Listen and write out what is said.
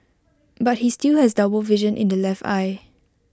but he still has double vision in the left eye